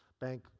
bank